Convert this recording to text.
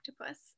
Octopus